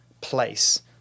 place